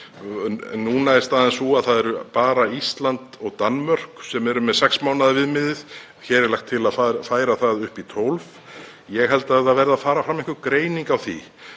núna er staðan sú að það eru bara Ísland og Danmörk sem eru með sex mánaða viðmiðið. Hér er lagt til að færa það upp í 12. Ég held að það verði að fara fram einhver greining á því